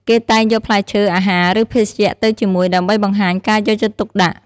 គេតែងយកផ្លែឈើ អាហារ ឬភេសជ្ជៈទៅជាមួយ ដើម្បីបង្ហាញការយកចិត្តទុកដាក់។